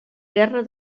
guerra